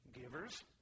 Givers